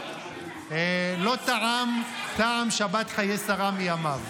לא טעם טעם שבת חיי שרה מימיו.